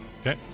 Okay